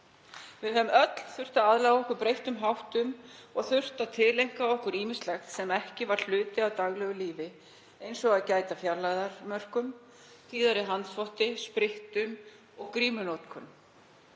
Við höfum öll þurft að aðlaga okkur breyttum háttum og tileinka okkur ýmislegt sem ekki var hluti af daglegu lífi, eins og að gæta að fjarlægðarmörkum, tíðari handþvotti, sprittun og grímunotkun.